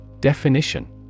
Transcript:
Definition